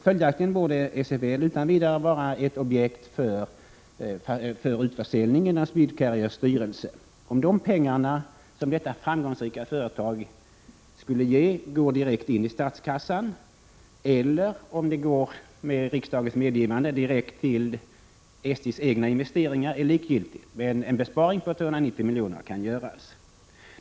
Följaktligen borde SFL utan vidare vara ett objekt för utförsäljning genom SwedeCarriers styrelse. Om de pengar som detta framgångsrika företag skulle ge går direkt in i statskassan eller om de, med riksdagens medgivande, går direkt till SJ:s egna investeringar, är likgiltigt. Men en besparing på 290 milj.kr. kan göras.